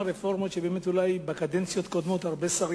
רפורמות שבקדנציות קודמות אולי הרבה שרים,